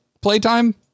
playtime